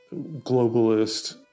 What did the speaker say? globalist